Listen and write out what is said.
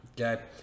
Okay